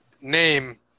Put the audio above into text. name